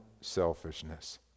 selfishness